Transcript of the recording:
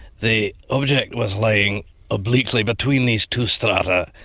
the object was lying obliquely between these two strata,